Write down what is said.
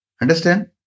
Understand